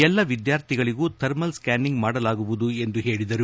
ಎಲ್ಲಾ ವಿದ್ಯಾರ್ಥಿಗಳಗೂ thermal scanning ಮಾಡಲಾಗುವುದು ಎಂದು ಹೇಳಿದರು